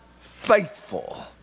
faithful